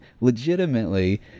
legitimately